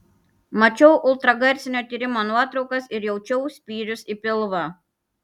mačiau ultragarsinio tyrimo nuotraukas ir jaučiau spyrius į pilvą